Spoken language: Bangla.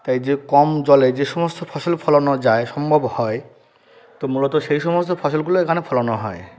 তাই যে কম জলে যে সমস্ত ফসল ফলানো যায় সম্ভব হয় তো মূলত সেই সমস্ত ফসলগুলো এখানে ফলানো হয়